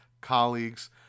colleagues